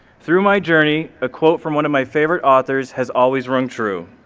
through my journey, a quote from one of my favorite authors has always rung true.